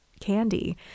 candy